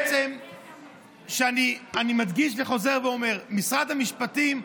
בעצם אני מדגיש וחוזר ואומר: משרד המשפטים,